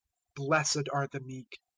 blessed are the meek,